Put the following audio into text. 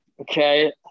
Okay